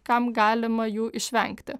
kam galima jų išvengti